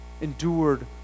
endured